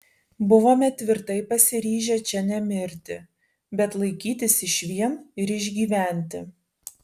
buvome tvirtai pasiryžę čia nemirti bet laikytis išvien ir išgyventi